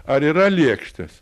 ar yra lėkštės